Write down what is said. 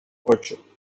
ocho